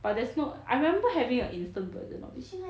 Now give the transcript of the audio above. but there's no I remember having a instant version of it